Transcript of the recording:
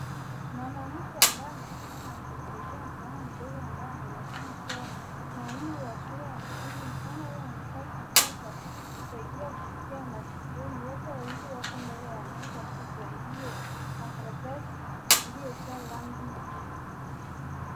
Mwanamke ambaye amesimama akimsaidia mvulana mdogo ambaye anaonekana kuwa na umri wa msingi. Mvulana huyo amevaa kifaa cha kusaidia kusikia sikioni. Wote wawili wako mbele ya meza kubwa iliyo na na karatasi iliyojaa rangi nyingi.